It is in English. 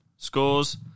scores